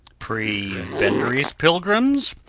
prebendaries, pilgrims,